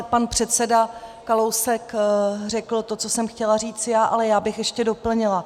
Pan předseda Kalousek řekl to, co jsem chtěla říct já, ale já bych ještě doplnila.